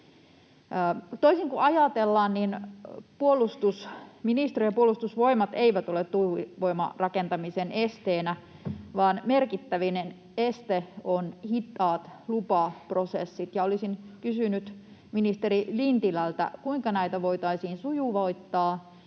Toisin kuin ajatellaan, puolustusministeriö ja Puolustusvoimat eivät ole tuulivoimarakentamisen esteenä, vaan merkittävin este on hitaat lupaprosessit. Ja olisin kysynyt ministeri Lintilältä, kuinka näitä voitaisiin sujuvoittaa,